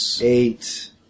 eight